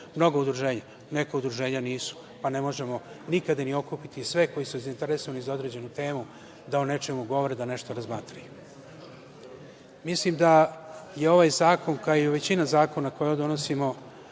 mnoga udruženja. Neka udruženja nisu, pa i ne možemo ih nikada okupiti sve koji su zainteresovani za određenu temu da o nečemu govore, da nešto razmatraju. Mislim da je ovo zakon, kao i većina zakona koje donosimo,